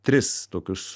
tris tokius